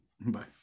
Bye